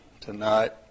tonight